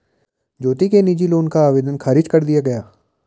ज्योति के निजी लोन का आवेदन ख़ारिज कर दिया गया